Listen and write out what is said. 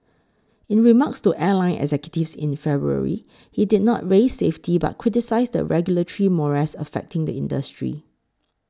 in remarks to airline executives in February he did not raise safety but criticised the regulatory morass affecting the industry